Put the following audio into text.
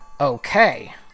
Okay